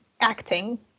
acting